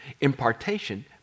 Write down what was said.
Impartation